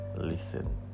listen